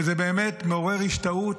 וזה באמת מעורר השתאות,